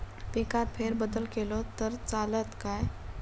पिकात फेरबदल केलो तर चालत काय?